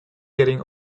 getting